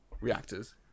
reactors